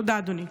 תודה, אדוני.